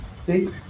See